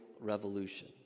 revolution